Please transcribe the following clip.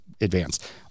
advanced